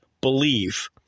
Believe